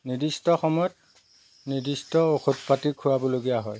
নিৰ্দিষ্ট সময়ত নিৰ্দিষ্ট ঔষধ পাতি খোৱাবলগীয়া হয়